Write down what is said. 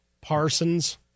Parsons